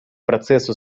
процессу